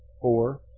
four